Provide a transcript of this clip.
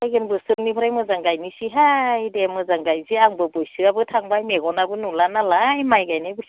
फैगोन बोसोरनिफ्राय मोजां गायनोसैहाय दे मोजां गायनोसै आंबो बैसोआबो थांबाय मेगनाबो नुला नालाय माइ गायनायखौ